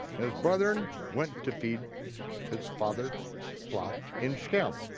his brethren went to feed his father's flock in sichem,